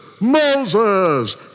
Moses